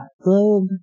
globe